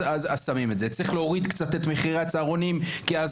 שמים את זה צריך להוריד קצת את מחירי הצהרונים כי אז